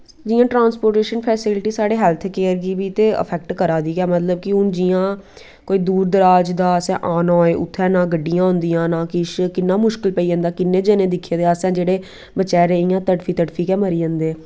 जियां transportation facility साढ़े health care गी बी ते इफैक्ट करा दी ऐ कि हून जियां कोई दूर दराज़ दा असें आने होए उत्थें ना गड्डियां होंदियां ना किश किन्ना मुश्कल पेई जंदा किन्ने जने दिक्खे दे असें बचैरे इयां तड़फी तड़फी गै मरी जंदे